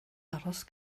aros